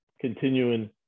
continuing